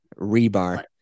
Rebar